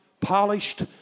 polished